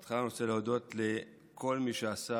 בתחילה אני רוצה להודות לכל מי שעשה,